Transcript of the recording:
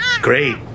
Great